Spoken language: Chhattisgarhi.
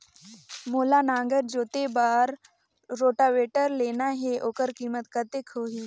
मोला नागर जोते बार रोटावेटर लेना हे ओकर कीमत कतेक होही?